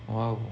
!wow!